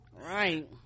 right